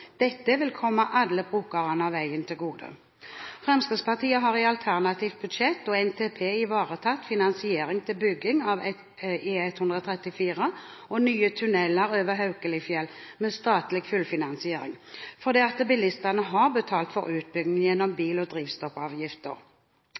Dette vil komme alle brukerne av veien til gode. Fremskrittspartiet har i alternativt budsjett og NTP ivaretatt finansiering til bygging av E134 og nye tunneler over Haukelifjell med statlig fullfinansiering, fordi bilistene har betalt for utbygging gjennom